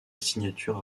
signature